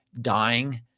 dying